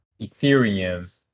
Ethereum